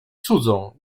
cudzą